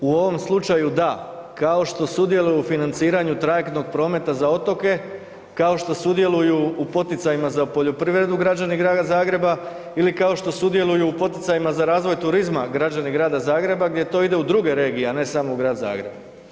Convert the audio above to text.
U ovom slučaju da kao što sudjeluju u financiranju trajektnog prometa za otoke, kao što sudjeluju u poticajima za poljoprivredu građani Grada Zagreba ili kao što sudjeluju u poticajima za razvoj turizma građani Grada Zagreba gdje to ide u druge regije, a ne samo u Grad Zagreb.